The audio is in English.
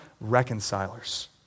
reconcilers